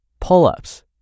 pull-ups